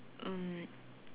um